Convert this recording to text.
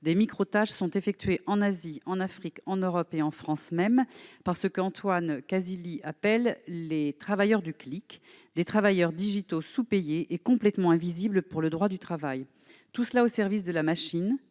Des microtâches sont réalisées en Asie, en Afrique et en Europe- en France même -par ce qu'Antonio Casilli appelle les « travailleurs du clic », des travailleurs du numérique sous-payés et complètement invisibles pour le droit du travail. Et tout cela au service de la machine,